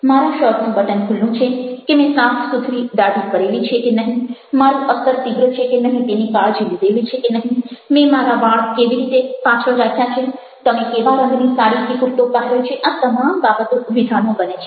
મારા શર્ટનું બટન ખુલ્લું છે કે મેં સાફસૂથરી દાઢી કરેલી છે કે નહિ મારું અત્તર તીવ્ર છે કે નહિ તેની કાળજી લીધેલી છે કે નહિ મેં મારા વાળ કેવી રીતે પાછળ રાખ્યા છે તમે કેવા રંગની સાડી કે કૂર્તો પહેર્યો છે આ તમામ બાબતો વિધાનો બને છે